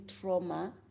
trauma